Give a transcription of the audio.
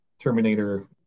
Terminator